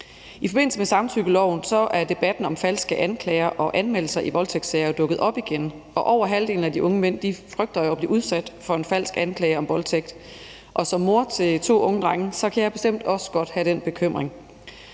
I forbindelse med samtykkeloven er debatten om falske anklager og anmeldelser i voldtægtssager jo dukket op igen, og halvdelen af de unge mænd frygter jo at blive udsat for en falsk anklage om voldtægt, og som mor til to unge drenge kan jeg bestemt også godt have den bekymring.